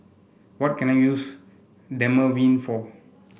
what can I use Dermaveen for